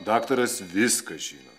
daktaras viską žino